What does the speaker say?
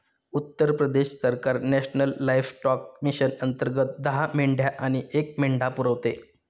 उत्तर प्रदेश सरकार national livestock mission अंतर्गत दहा मेंढ्या आणि एक मेंढा पुरवते